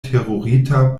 terurita